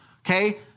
okay